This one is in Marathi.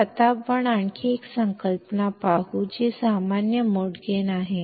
तर आता आपण आणखी एक संकल्पना पाहू जी सामान्य मोड गेन आहे